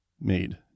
made